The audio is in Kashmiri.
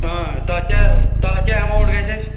تَتھ کیٛاہ تَتھ کیٛاہ ایماوُنٛٹ گژھِ اَسہِ